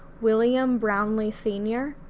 william brownlee sr.